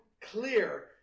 clear